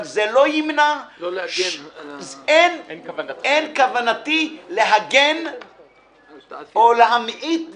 אבל אין כוונתי להגן או להמעיט או